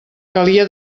calia